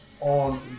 on